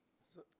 so,